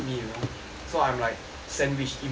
so I'm like sandwiched in between them